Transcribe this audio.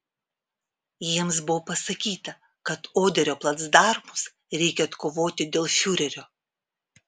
jiems buvo pasakyta kad oderio placdarmus reikia atkovoti dėl fiurerio